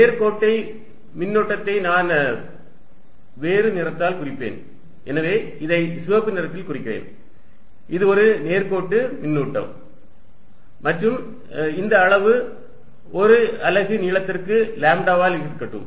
நேர்கோட்டு மின்னூட்டத்தை நான் வேறு நிறத்தால் குறிப்பேன் எனவே இதை சிவப்பு நிறத்தில் குறிக்கிறேன் இது ஒரு நேர்கோட்டு மின்னூட்டம் மற்றும் இந்த அளவு ஒரு யூனிட் நீளத்திற்கு லாம்ப்டாவாக இருக்கட்டும்